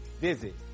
visit